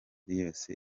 yose